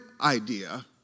idea